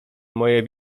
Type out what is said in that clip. moje